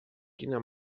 quina